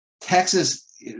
Texas